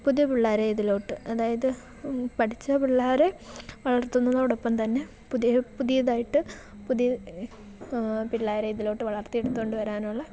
പുതിയ പിള്ളേരെ ഇതിലോട്ട് അതായത് പഠിച്ച പിള്ളേരെ വളർത്തുന്നതോടൊപ്പം തന്നെ പുതിയ പുതിയതായിട്ട് പുതിയ പിള്ളേരെ ഇതിലോട്ടു വളർത്തിയെടുത്തു കൊണ്ടു വരാനുള്ള